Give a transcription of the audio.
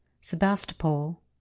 Sebastopol